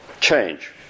change